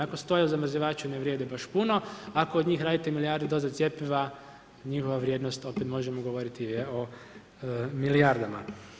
Ako stoji u zamrzivaču, ne vrijedi baš puno, a ako od njih radite milijardu doza cjepiva, njihova vrijednost, opet možemo govoriti je o milijardama.